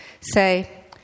Say